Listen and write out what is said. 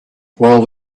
while